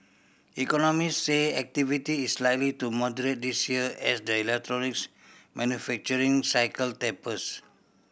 economists say activity is likely to moderate this year as the electronics manufacturing cycle tapers